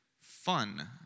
fun